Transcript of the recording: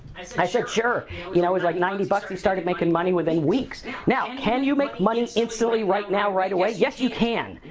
i said sure, you know, it was like ninety bucks, he started making money within weeks. now, can you make money instantly right now, right away? yes, you can,